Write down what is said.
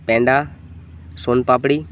peda soan papdi